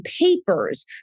papers